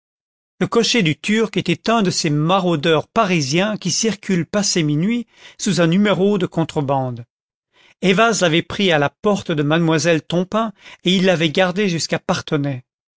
le cocher du turc était un de ces maraudeurs parisiens qui circulent passé minuit sous un numéro de contrebande ayvaz l'avait pris à la porte de mademoiselle tompain et il l'avait gardé jusqu'à